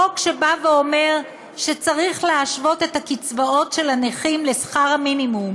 חוק שבא ואומר שצריך להשוות את הקצבאות של הנכים לשכר המינימום,